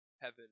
heaven